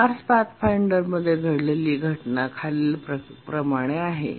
Mars पाथफाइंडरमध्ये घडलेली घटना खालीलप्रमाणे आहे